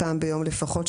פעם ביום לפחות,